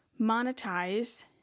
monetize